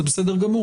זה בסדר גמור.